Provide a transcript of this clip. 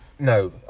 No